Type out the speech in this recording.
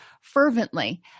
fervently